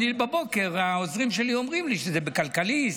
בבוקר העוזרים שלי אומרים לי שזה בכלכליסט,